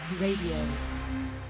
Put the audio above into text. Radio